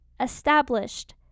Established